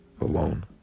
alone